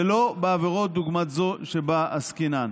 ולא בעבירות דוגמת זו שבה עסקינן.